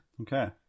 Okay